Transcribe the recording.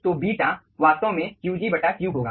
तो बीटा वास्तव में Qg Q होगा